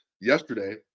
yesterday